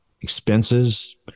expenses